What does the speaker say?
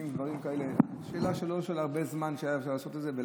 זה לא הרבה זמן לעשות את זה.